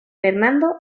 fernando